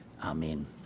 Amen